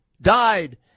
died